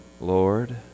Lord